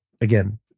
again